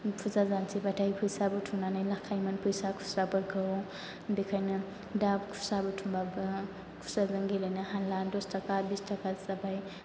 फुजा जानोसैबाथाय फैसा बुथुमनानै लाखायोमोन फैसा खुस्राफोरखौ बेखायनो दा खुस्रा बुथुमबाबो खुस्राजों गेलेनो हाला दस थाखा बिस थाखा जाबाय